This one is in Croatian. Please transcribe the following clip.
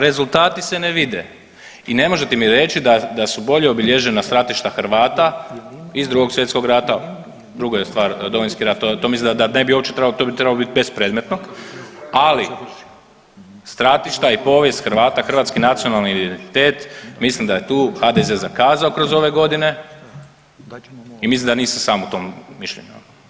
Rezultati se ne vide i ne možete mi reći da su bolje obilježena stratišta Hrvata iz Drugog svjetskog rata, druga je stvar Domovinski rat, to, to mislim da ne bi uopće trebalo, to bi trebalo bit bespredmetno, ali stratišta i povijest Hrvata, hrvatski nacionalni identitet, mislim da je tu HDZ zakazao kroz ove godine i mislim da nisam sam u tom mišljenju.